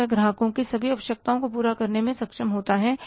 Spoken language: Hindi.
जब वह ग्राहकों की सभी आवश्यकताओं को पूरा करने में सक्षम होता है